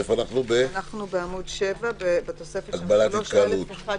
אנחנו בתוספת של 3א1,